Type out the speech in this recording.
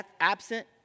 absent